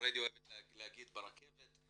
פריידי אוהבת לומר "ברכבת,